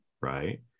Right